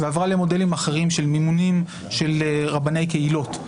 ועברה למודלים אחרים של מימונים של רבני קהילות,